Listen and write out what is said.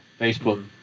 Facebook